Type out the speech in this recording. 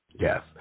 Yes